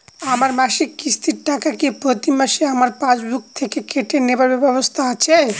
আমার মাসিক কিস্তির টাকা কি প্রতিমাসে আমার পাসবুক থেকে কেটে নেবার ব্যবস্থা আছে?